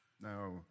Now